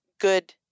good